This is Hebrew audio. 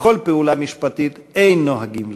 לכל פעולה משפטית, אין נוהגים לפיה".